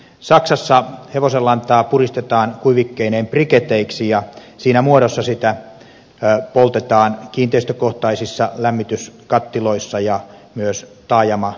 saksassa hevosenlantaa puristetaan kuivikkeineen briketeiksi ja siinä muodossa sitä poltetaan kiinteistökohtaisissa lämmityskattiloissa ja myös taajamalämpölaitoksissa